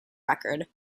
record